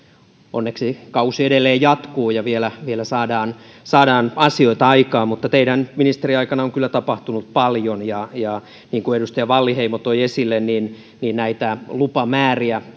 onneksi kausi edelleen jatkuu ja vielä vielä saadaan saadaan asioita aikaan mutta teidän ministeriaikananne on kyllä tapahtunut paljon ja ja niin kuin edustaja wallinheimo toi esille näitä lupamääriä